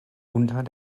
unter